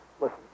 Listen